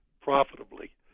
profitably